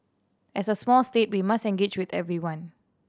as a small state we must engage with everyone